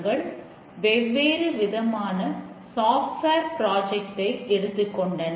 கடந்த விரிவுரையில் டெஸ்டிங்கில் ஏற்படுகின்றது